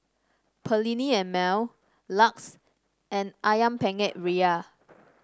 Perllini and Mel Lux and ayam Penyet Ria